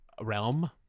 Realm